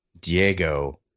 Diego